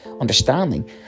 understanding